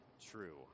true